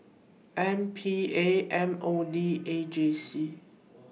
M P A M O D A J C